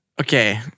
Okay